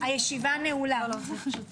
הישיבה ננעלה בשעה